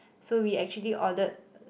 so we actually ordered